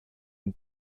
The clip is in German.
den